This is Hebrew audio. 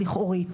לכאורה.